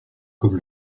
comme